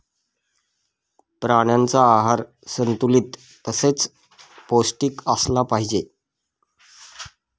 प्राण्यांचा आहार संतुलित तसेच पौष्टिक असला पाहिजे